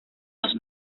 los